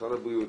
במשרד הבריאות,